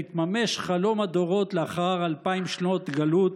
התממש חלום הדורות לאחר אלפיים שנות גלות,